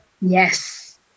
Yes